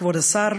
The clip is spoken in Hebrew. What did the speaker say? כבוד השר,